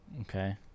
Okay